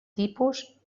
tipus